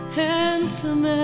handsome